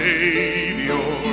Savior